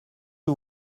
que